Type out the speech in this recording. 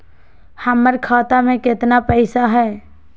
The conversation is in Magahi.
हमर खाता मे केतना पैसा हई?